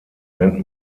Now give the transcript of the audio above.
nennt